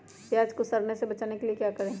प्याज को सड़ने से बचाने के लिए क्या करें?